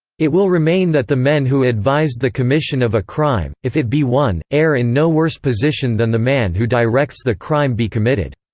it will remain that the men who advised the commission of a crime, if it be one, are in no worse position than the man who directs the crime be committed.